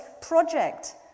project